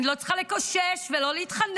אני לא צריכה לקושש ולא להתחנן,